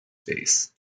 face